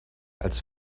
als